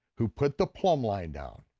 who put the plumb line down,